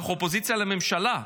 אנחנו אופוזיציה לממשלה.